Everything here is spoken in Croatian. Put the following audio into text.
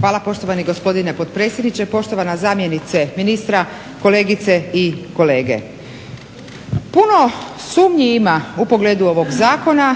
Hvala poštovani gospodine potpredsjedniče, poštovana zamjenice ministra, kolegice i kolege. Puno sumnji ima u pogledu ovog zakona